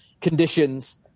conditions